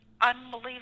unbelievable